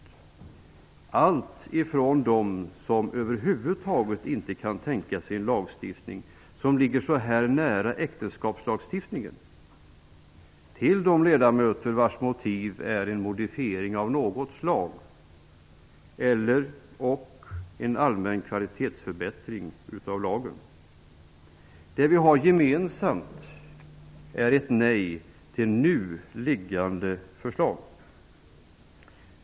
Det kommer att finnas alltifrån dem som över huvud taget inte kan tänka sig en lagstiftning som ligger så nära äktenskapslagstiftningen till de ledamöter vars motiv är en modifiering av något slag och/eller en mer allmän kvalitetsförbättring av lagen. Det vi har gemensamt är ett nej till nu liggande förslag!